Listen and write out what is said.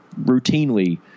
routinely